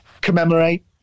commemorate